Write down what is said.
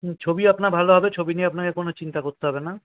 হুম ছবি আপনার ভালো হবে ছবি নিয়ে আপনাকে কোনও চিন্তা করতে হবে না